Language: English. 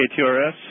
KTRS